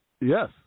Yes